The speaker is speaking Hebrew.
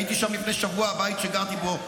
הייתי שם לפני שבוע, הבית שגרתי בו נשרף,